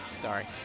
sorry